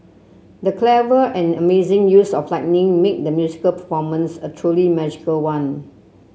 the clever and amazing use of lighting made the musical performance a truly magical one